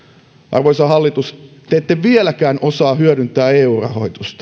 arvoisa hallitus te ette vieläkään osaa hyödyntää eu rahoitusta